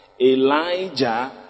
Elijah